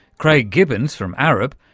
craig gibbons from arup,